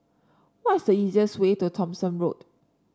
what's the easiest way to Thomson Road